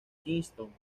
kingston